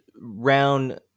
round